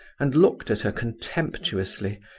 and looked at her contemptuously,